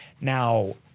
Now